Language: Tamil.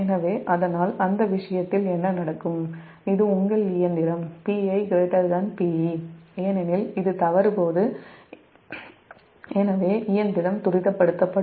எனவே அதனால் அந்த விஷயத்தில் என்ன நடக்கும் இது உங்கள் இயந்திரம் PiPe ஏனெனில் இது தவறு போது இயந்திரம் துரிதப்படுத்தும்